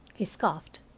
he scoffed.